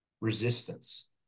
resistance